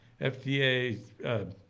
FDA